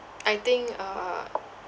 I think uh